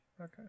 Okay